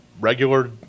regular